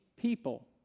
people